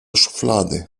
szuflady